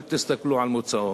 אל תסתכלו על מוצאו.